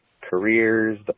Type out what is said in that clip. careers